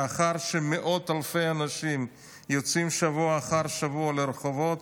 לאחר שמאות אלפי אנשים יוצאים שבוע אחר שבוע לרחובות,